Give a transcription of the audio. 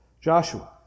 Joshua